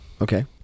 okay